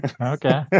Okay